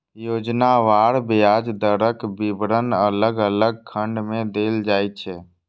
योजनावार ब्याज दरक विवरण अलग अलग खंड मे देल जाइ छै